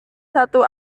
satu